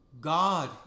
God